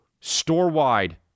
store-wide